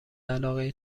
علاقه